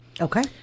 Okay